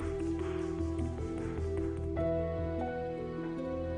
הסרטון מטעם אור ירוק.